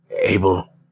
Abel